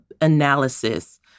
analysis